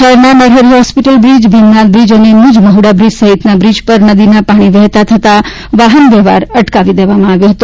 શહેરના Narhari hospital bridge Bhimnath bridge અને Mujmahuda bridge સહિતના બ્રીજ પર નદીના પાણી વહેતા થતાં વાહન વ્યવહાર અટકાવી દેવામાં આવ્યો હતો